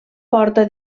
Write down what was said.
porta